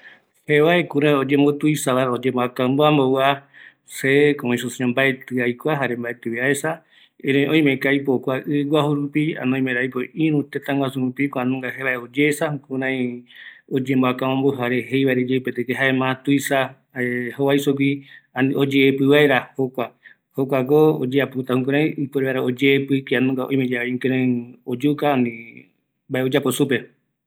Jevae oyemboakambu va, mbaetɨ aesa, aikua, oimeko aipo kua ɨ guaju rupi, ani ïru rupi oyeesa, jukuraïko aipo oyeepɨ vaera jovaiso retagui